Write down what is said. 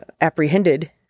apprehended